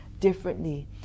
differently